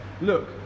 look